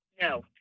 No